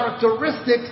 characteristics